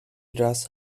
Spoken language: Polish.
raz